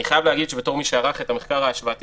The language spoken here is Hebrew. אני חייב להגיד שבתור מי שערך את המחקר ההשוואתי